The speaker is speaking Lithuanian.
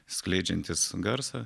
skleidžiantys garsą